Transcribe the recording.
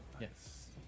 Yes